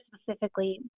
specifically